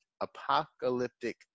apocalyptic